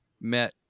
met